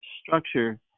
structure